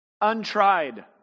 untried